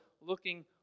looking